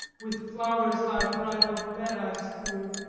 with flowers thy bridal bed i strew